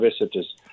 visitors